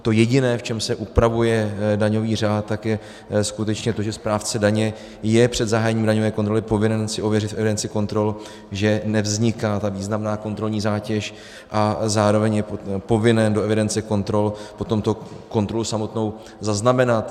To jediné, v čem se upravuje daňový řád, je skutečně to, že správce daně je před zahájením daňové kontroly povinen si ověřit v evidenci kontrol, že nevzniká významná kontrolní zátěž, a zároveň je povinen do evidence kontrol potom tu kontrolu samotnou zaznamenat.